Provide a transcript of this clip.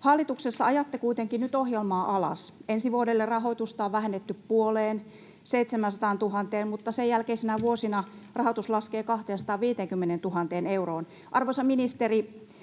Hallituksessa ajatte kuitenkin nyt ohjelmaa alas. Ensi vuodelle rahoitusta on vähennetty puoleen, 700 000:een, mutta sen jälkeisinä vuosina rahoitus laskee 250 000 euroon. Arvoisa ministeri,